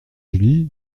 julie